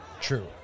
True